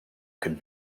could